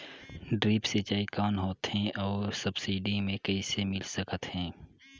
Drip सिंचाई कौन होथे अउ सब्सिडी मे कइसे मिल सकत हे?